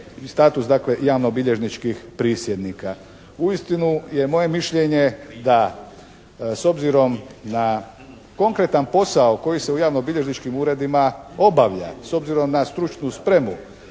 dakle javnobilježničkih prisjednika. Uistinu je moje mišljenje da s obzirom na konkretan posao koji se u javnobilježničkim uredima obavlja s obzirom na stručnu spremu,